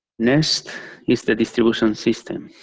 next is the distribution system.